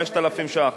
5,000 ש"ח.